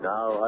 Now